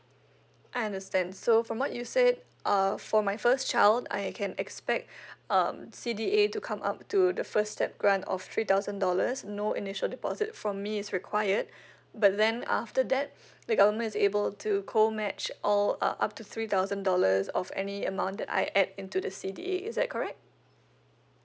I understand so from what you said uh for my first child I can expect um C_D_A to come up to the first step grant of three thousand dollars no initial deposit for me is required but then after that the government is able to co match all uh up to three thousand dollars of any amount that I add into the C_D_A is that correct